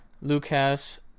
Lucas